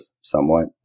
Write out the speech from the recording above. somewhat